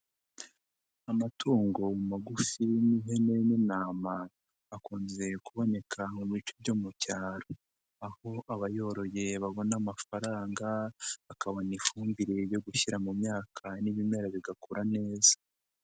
Amatungo magufi nk'ihene n'intama akunze kuboneka mu bice byo mu cyaro, aho abayorogeye babona amafaranga, bakabona ifumbire yo gushyira mu myaka n'ibimera bigakura neza.